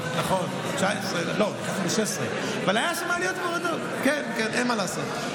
היו שם עליות ומורדות, אין מה לעשות.